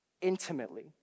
intimately